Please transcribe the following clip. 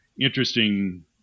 interesting